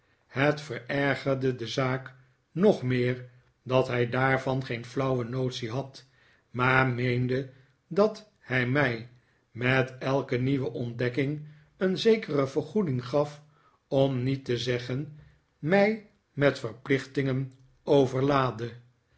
het verergerde de zaak nog meer dat hij daarvan geen flauwe notie had maar meende dat hij mij met elke nieuwe ontdekking een zekere vergoeding gaf om niet te zeggen mij met verplichtingen overlaadde